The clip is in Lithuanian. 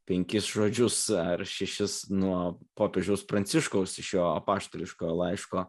penkis žodžius ar šešis nuo popiežiaus pranciškaus šio apaštališkojo laiško